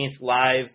live